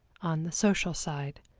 on the social side.